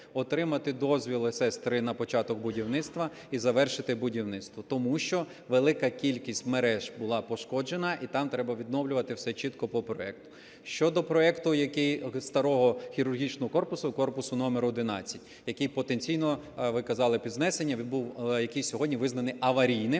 отримати дозвіл СС3 на початок будівництва і завершити будівництво. Тому що велика кількість мереж була пошкоджена і там треба відновлювати все чітко по проєкту. Щодо проєкту старого хірургічного корпусу, корпусу номер 11, який потенційно, ви казали, під знесення, який сьогодні визнаний аварійним.